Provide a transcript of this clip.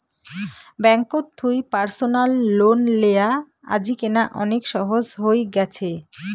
ব্যাঙ্ককোত থুই personal loan লেয়া আজিকেনা অনেক সহজ হই গ্যাছে